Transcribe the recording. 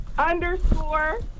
Underscore